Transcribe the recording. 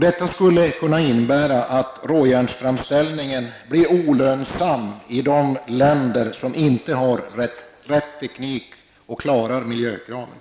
Detta skulle kunna innebära att råjärnsframställningen blir olönsam i länder som inte har rätt teknik och som inte klarar miljökraven.